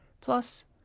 plus